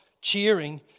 cheering